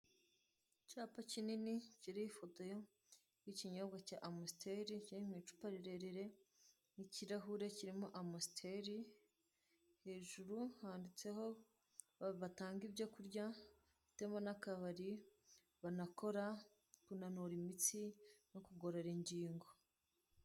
Icyapa kinini kiriho ifoto y'ikinyobwa cya amusiteri kiri mu icupa rirerire, n'ikirahure kirimo amusiteri hejuru handitseho ko batanga ibyo kurya, bafitemo n'akabari banakora kunanura imitsi no kugorora ingingo.